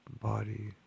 body